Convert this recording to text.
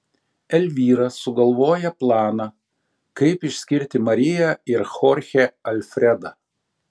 elvyra sugalvoja planą kaip išskirti mariją ir chorchę alfredą